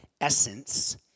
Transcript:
Essence